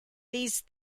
these